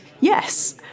Yes